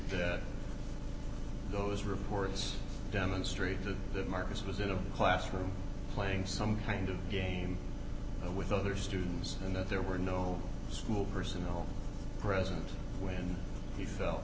that those reports demonstrate that marcus was in a classroom playing some kind of game with other students and that there were no school personnel present when he fel